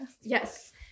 yes